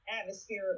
atmosphere